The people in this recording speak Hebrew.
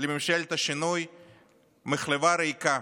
לממשלת השינוי מחלבה ריקה,